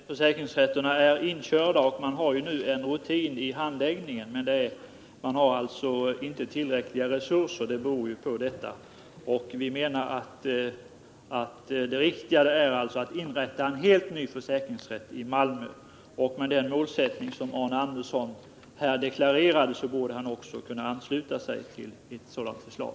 Herr talman! Jag menar att försäkringsrätterna är inkörda och att man nu har rutin i handläggningen. Men man har alltså inte tillräckliga resurser, och det är därför man har problem. Vi menar att det riktiga är att inrätta en helt ny försäkringsrätt i Malmö. Med den målsättning som Arne Andersson här deklarerade, borde han också kunna ansluta sig till ett sådant förslag.